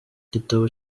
igitabo